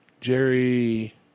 Jerry